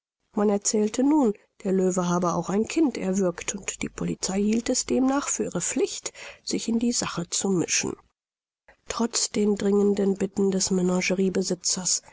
man erzählte nun der löwe habe auch ein kind erwürgt und die polizei hielt es demnach für ihre pflicht sich in die sache zu mischen trotz den dringenden bitten des